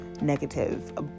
negative